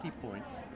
points